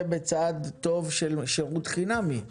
זה בצעד טוב של שירות חינמי,